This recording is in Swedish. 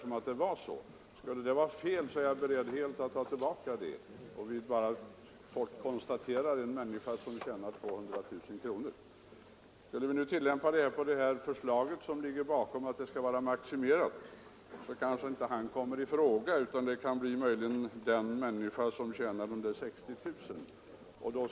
Om det var fel är jag beredd att helt ta tillbaka det yttrandet. Skulle för övrigt förslaget om maximering av avdragsrätten gå igenom kan ju resonemanget inte tillämpas på den där 200 000-kronorsmannen, utan det kommer då att gälla människor som tjänar ungefär 60 000 kronor.